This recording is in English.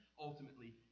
ultimately